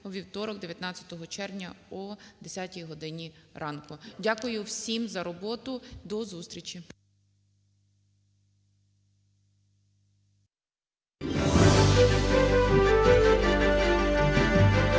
вівторок, 19 червня, о 10 годині ранку. Дякую всім за роботу. До зустрічі.